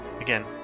again